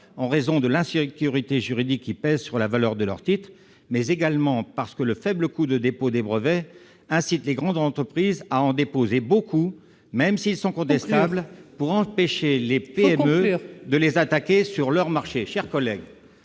en raison de l'insécurité juridique qui pèse sur la valeur de leur titre, mais également parce que le faible coût de dépôt des brevets incite les grandes entreprises à en déposer beaucoup, même s'ils sont contestables, ... Il faut conclure, mon cher